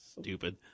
stupid